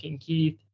Keith